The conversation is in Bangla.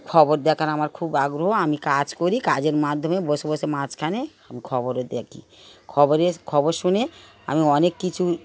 খবর দেখার আমার খুব আগ্রহ আমি কাজ করি কাজের মাধ্যমে বসে বসে মাঝখানে আমি খবরও দেখি খবরের খবর শুনে আমি অনেক কিছু